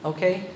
Okay